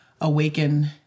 awaken